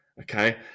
Okay